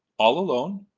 all alone?